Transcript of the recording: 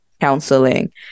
counseling